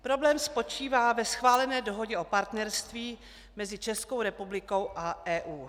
Problém spočívá ve schválené Dohodě o partnerství mezi Českou republikou a EU.